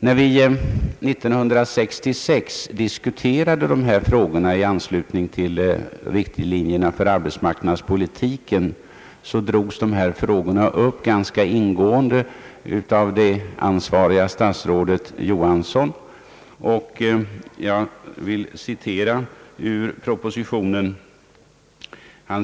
När vi 1966 diskuterade dessa problem i anslutning till riktlinjerna för arbetsmarknadspolitiken, drogs de här frågorna upp ganska ingående av det ansvariga statsrådet, herr Johansson. Jag vill återge några uttalanden ur propositionen.